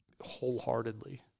wholeheartedly